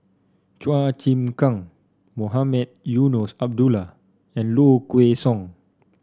Chua Chim Kang Mohamed Eunos Abdullah and Low Kway Song